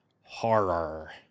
horror